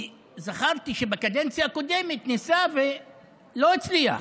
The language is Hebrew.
כי זכרתי שבקדנציה הקודמת ניסה ולא הצליח.